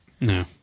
No